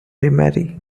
remarry